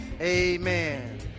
amen